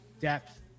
depth